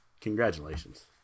congratulations